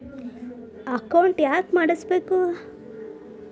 Account ಯಾಕ್ ಮಾಡಿಸಬೇಕು?